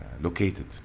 located